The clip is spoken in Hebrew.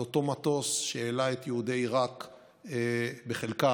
על אותו מטוס שהעלה את יהודי עיראק בחלקם